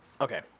Okay